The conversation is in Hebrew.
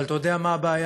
אבל אתה יודע מה הבעיה,